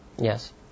Yes